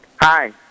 Hi